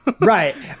Right